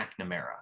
McNamara